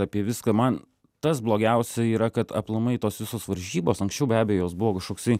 apie viską man tas blogiausia yra kad aplamai tos visos varžybos anksčiau be abejo jos buvo kažkoksai